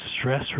stress